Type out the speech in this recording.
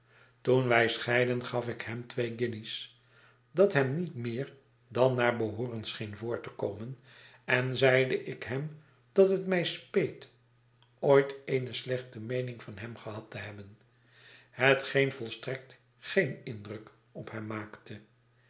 toen wij scheidden gaf ik hem twee guinjes dat hem niet meer dan naar behooren scheen voor te komen en zeide ik hem dat het mij speet ooit eene slechte meening van hem gehad te hebben hetgeen volstrekt geenindruk op hem maakte